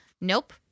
Nope